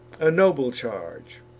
a noble charge!